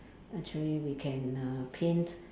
actually we can uh paint